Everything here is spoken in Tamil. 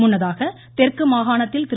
முன்னதாக தெற்கு மாகாணத்தில் திரு